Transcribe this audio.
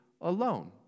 alone